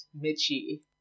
Mitchie